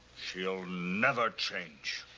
she'll never change.